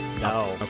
No